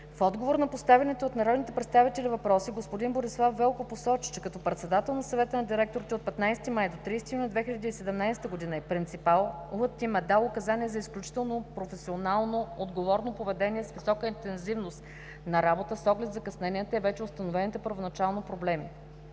В отговор на поставените от народните представители въпроси господин Борислав Велков посочи, че като председател на Съвета на директорите от 15 май до 30 юни 2017 г. принципалът им е дал указания за изключително професионално, отговорно поведение с висока интензивност на работата с оглед закъсненията и вече установените първоначално проблеми